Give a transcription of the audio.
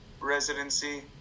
residency